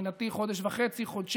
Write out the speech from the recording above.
מבחינתי חודש וחצי-חודשיים,